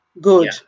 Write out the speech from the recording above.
good